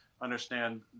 understand